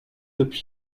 depuis